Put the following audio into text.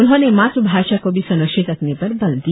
उन्होंने मातृ भाषा को भी संरक्षित रखने पर बल दिया